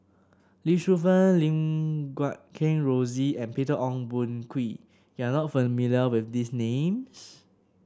Lee Shu Fen Lim Guat Kheng Rosie and Peter Ong Boon Kwee you are not familiar with these names